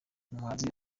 umuhanzi